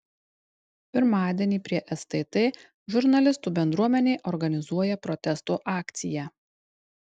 pirmadienį prie stt žurnalistų bendruomenė organizuoja protesto akciją